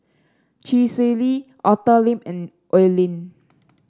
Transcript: Chee Swee Lee Arthur Lim and Oi Lin